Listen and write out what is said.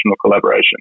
collaboration